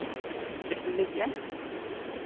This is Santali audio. ᱪᱮᱫ ᱵᱤᱱ ᱞᱟᱹᱭ ᱠᱮᱫᱼᱟ